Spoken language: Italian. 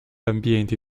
ambienti